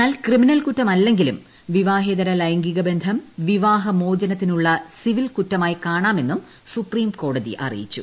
എന്നാൽ ക്രിമിനൽ കുറ്റമല്ലെങ്കിലും വിവാഹേതര ലൈംഗിക ബന്ധം വിവാഹി മോചനത്തിനുള്ള സിവിൽ കുറ്റമായി കാണാമെന്നും സുപ്രീം ക്യോട്ടതി അറിയിച്ചു